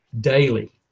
daily